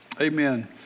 Amen